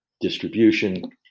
distribution